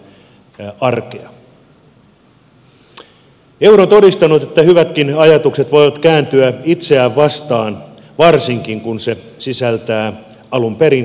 euro on todistanut että hyvätkin ajatukset voivat kääntyä itseään vastaan varsinkin kun se sisältää alun perin pahan valuvian